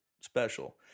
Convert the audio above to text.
special